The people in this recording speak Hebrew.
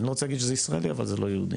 אני לא רוצה להגיד שזה ישראלי אבל זה לא יהודי.